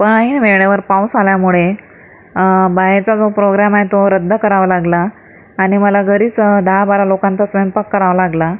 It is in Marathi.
पण ऐन वेळेवर पाऊस आल्यामुळे बाहेरचा जो प्रोग्राम आहे तो रद्द करावा लागला आणि मला घरीच दहाबारा लोकांचा स्वयंपाक करावा लागला